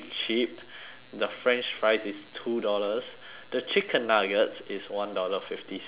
the french fries is two dollars the chicken nuggets is one dollar fifty cents